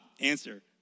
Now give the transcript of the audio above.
answer